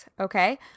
Okay